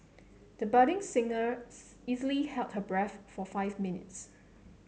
the budding singer easily held her breath for five minutes